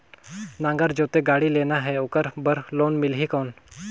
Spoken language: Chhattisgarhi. नागर जोते गाड़ी लेना हे ओकर बार लोन मिलही कौन?